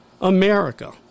America